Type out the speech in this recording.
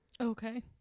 Okay